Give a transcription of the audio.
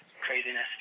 craziness